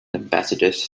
ambassadors